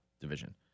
division